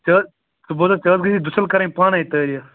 وُچھ حظ ژٕ بوز حظ کتھ بیٚیہِ دٔسِل کَرن پانَے تعٲریٖف